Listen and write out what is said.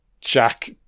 Jack